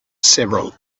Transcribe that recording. several